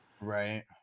Right